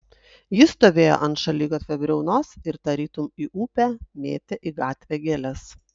jis stovėjo ant šaligatvio briaunos ir tarytum į upę mėtė į gatvę gėles